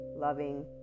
loving